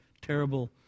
terrible